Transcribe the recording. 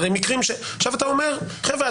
עכשיו אתה אומר: חבר'ה,